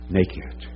naked